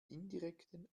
indirekten